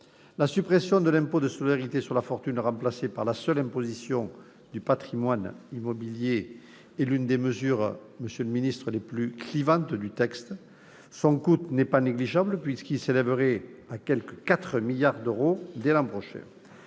La suppression de l'impôt de solidarité sur la fortune, remplacé par la seule imposition du patrimoine immobilier, est l'une des mesures les plus clivantes du texte. Son coût n'est pas négligeable, puisqu'il s'élèverait à quelque 4 milliards d'euros dès l'an prochain.